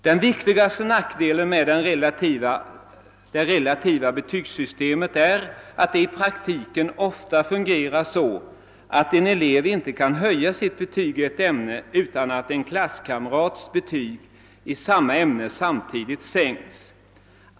Den viktigaste nackdelen med det relativa betygssystemet är att det i praktiken ofta fungerar så att en elev inte kan höja sitt betyg i ett ämne utan att en klasskamrats betyg i samma ämne samtidigt sänks.